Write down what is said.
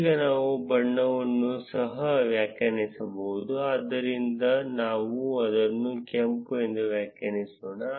ಮತ್ತು ನಾವು ಬಣ್ಣವನ್ನು ಸಹ ವ್ಯಾಖ್ಯಾನಿಸಬಹುದು ಆದ್ದರಿಂದ ನಾವು ಅದನ್ನು ಕೆಂಪು ಎಂದು ವ್ಯಾಖ್ಯಾನಿಸೋಣ